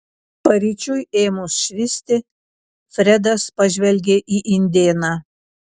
paryčiui ėmus švisti fredas pažvelgė į indėną